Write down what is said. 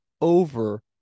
over